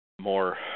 more